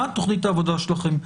מה תוכנית העבודה שלכם?